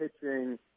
pitching